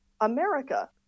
America